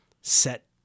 set